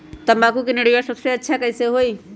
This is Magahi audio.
तम्बाकू के निरैया सबसे अच्छा कई से होई?